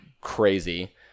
crazy